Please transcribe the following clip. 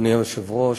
אדוני היושב-ראש,